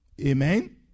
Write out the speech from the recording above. Amen